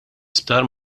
isptar